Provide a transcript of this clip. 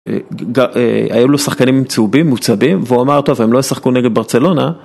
היו לו שחקנים צהובים, מוצהבים, והוא אמר, "טוב, הם לא ישחקו נגד ברצלונה"...